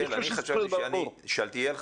שאלתיאל,